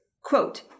quote